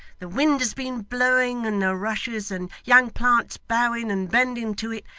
the wind has been blowing, and the rushes and young plants bowing and bending to it,